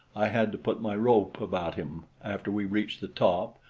i had to put my rope about him after we reached the top,